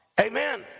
Amen